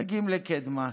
מגיעים לקדמה,